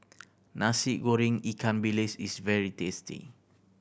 Nasi Goreng ikan bilis is very tasty